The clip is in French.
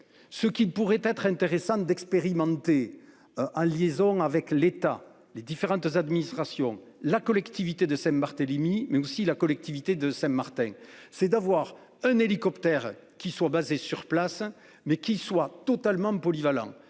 Ce qui ne pourrait être intéressant d'expérimenter en liaison avec l'État, les différentes administrations, la collectivité de Saint-Barthélemy, mais aussi la collectivité de Saint-Martin, c'est d'avoir un hélicoptère qui soit basé sur place mais qui soit totalement polyvalent,